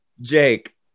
Jake